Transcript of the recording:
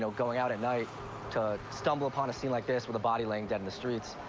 so going out at night to stumble upon a scene like this with a body lying dead in the streets.